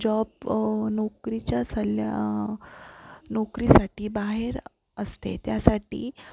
job नोकरीच्या सल्ल्या नोकरीसाठी बाहेर असते त्यासाठी